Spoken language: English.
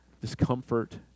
discomfort